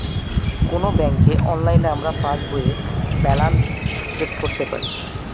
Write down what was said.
কোনো ব্যাঙ্কে অনলাইনে আমরা পাস বইয়ের ব্যালান্স চেক করতে পারি